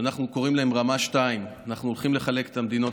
שאנחנו קוראים להן רמה 2. אנחנו הולכים לחלק את המדינות